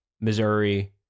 missouri